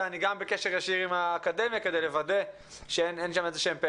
ואני גם בקשר ישיר עם האקדמיה כדי לוודא שאין שם איזשהם פערים.